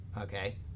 okay